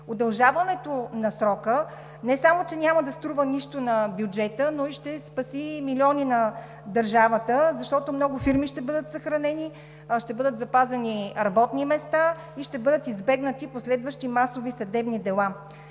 Удължаването на срока не само че няма да струва нищо на бюджета, но и ще спести милиони на държавата, защото много фирми ще бъдат съхранени, ще бъдат запазени работни места и ще бъдат избегнати последващи масови съдебни дела.